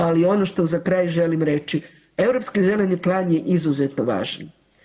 Ali ono što za kraj želim reći, Europski zeleni plan je izuzetno važan.